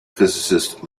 physicist